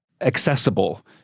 accessible